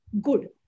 good